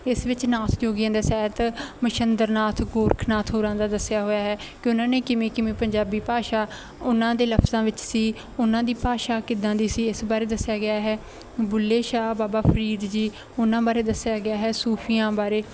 ਇਸ ਵਿੱਚ ਨਾਥ ਜੋਗੀਆਂ ਦਾ ਸਾਹਿਤ ਮਤਸੇਇੰਦਰ ਨਾਥ ਗੋਰਖ ਨਾਥ ਹੋਰਾਂ ਦਾ ਦੱਸਿਆ ਹੋਇਆ ਹੈ ਕਿ ਉਨ੍ਹਾਂ ਨੇ ਕਿਵੇਂ ਕਿਵੇਂ ਪੰਜਾਬੀ ਭਾਸ਼ਾ ਉਨ੍ਹਾਂ ਦੇ ਲਫ਼ਜ਼ਾਂ ਵਿੱਚ ਸੀ ਉਨ੍ਹਾਂ ਦੀ ਭਾਸ਼ਾ ਕਿੱਦਾਂ ਦੀ ਸੀ ਇਸ ਬਾਰੇ ਦੱਸਿਆ ਗਿਆ ਹੈ ਬੁੱਲ੍ਹੇ ਸ਼ਾਹ ਬਾਬਾ ਫ਼ਰੀਦ ਜੀ ਉਨ੍ਹਾਂ ਬਾਰੇ ਦੱਸਿਆ ਗਿਆ ਹੈ ਸੂਫ਼ੀਆਂ ਬਾਰੇ